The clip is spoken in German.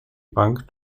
bank